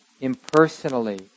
impersonally